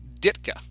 Ditka